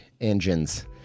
engines